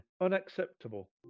Unacceptable